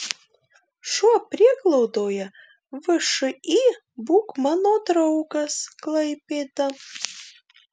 šuo prieglaudoje všį būk mano draugas klaipėda